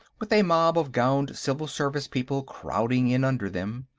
with a mob of gowned civil-service people crowding in under them.